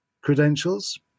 credentials